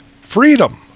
freedom